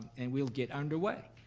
and we'll get underway.